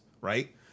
right